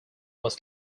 was